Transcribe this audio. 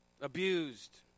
abused